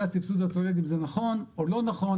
הסבסוד הצולב אם זה נכון או לא נכון,